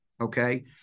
Okay